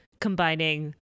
combining